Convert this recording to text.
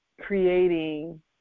creating